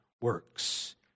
works